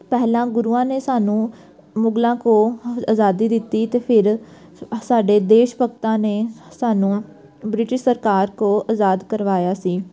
ਪਹਿਲਾਂ ਗੁਰੂਆਂ ਨੇ ਸਾਨੂੰ ਮੁਗਲਾਂ ਕੋਲੋਂ ਆਜ਼ਾਦੀ ਦਿੱਤੀ ਅਤੇ ਫਿਰ ਸਾਡੇ ਦੇਸ਼ ਭਗਤਾਂ ਨੇ ਸਾਨੂੰ ਬ੍ਰਿਟਿਸ਼ ਸਰਕਾਰ ਕੋਲੋਂ ਆਜ਼ਾਦ ਕਰਵਾਇਆ ਸੀ